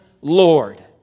Lord